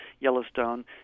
Yellowstone